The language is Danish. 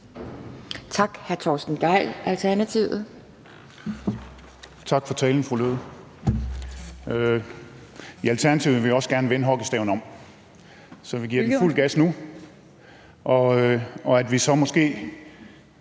10:36 Torsten Gejl (ALT): Tak for talen, fru Sophie Løhde. I Alternativet vil vi også gerne vende hockeystaven om, så vi giver den fuld gas nu, og vi så måske